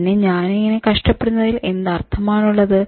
പിന്നെ ഞാൻ ഇങ്ങനെ കഷ്ടപെടുന്നതിൽ എന്ത് അർത്ഥമാണുള്ളത്